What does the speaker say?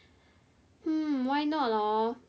hmm why not hor